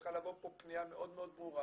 שצריכה לבוא מפה פנייה מאוד ברורה.